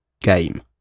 game